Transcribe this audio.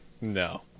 no